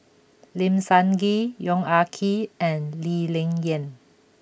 Lim Sun Gee Yong Ah Kee and Lee Ling Yen